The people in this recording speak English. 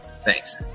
Thanks